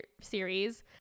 series